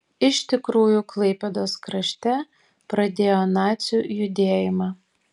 iš tikrųjų klaipėdos krašte pradėjo nacių judėjimą